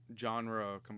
genre